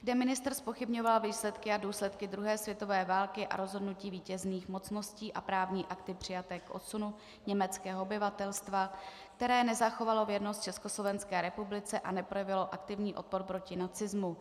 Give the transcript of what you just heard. Zde ministr zpochybňoval výsledky a důsledky druhé světové války, rozhodnutí vítězných mocností a právní akty přijaté k odsunu německého obyvatelstva, které nezachovalo věrnost Československé republice a neprojevilo aktivní odpor proti nacismu.